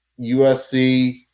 USC –